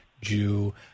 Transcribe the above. Jew